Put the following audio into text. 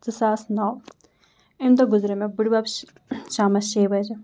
زٕ ساس نَو اَمہِ دۄہ گُزریو مےٚ بُڈِبَب شامَس شیٚیہِ بَجہِ